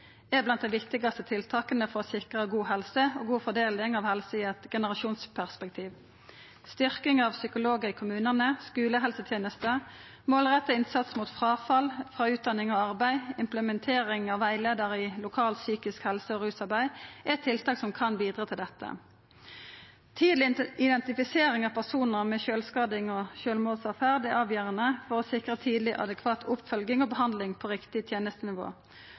er blant dei viktigaste tiltaka for å sikra god helse og god fordeling av helse i eit generasjonsperspektiv. Styrking av psykologar i kommunane, skulehelseteneste, målretta innsats mot fråfall frå utdanning og arbeid, implementering av rettleiar i lokalt psykisk helse- og rusarbeid er tiltak som kan bidra til dette. Tidleg identifisering av personar med sjølvskadings- og sjølvmordsåtferd er avgjerande for å sikra tidleg adekvat oppfølging og behandling på riktig tenestenivå.